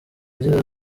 yagize